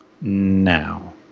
Now